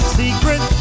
secret